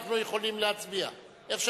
נצביע.